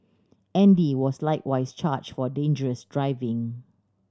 Andy was likewise charged for dangerous driving